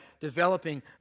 developing